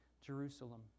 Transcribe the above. Jerusalem